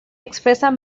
expresan